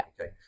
Okay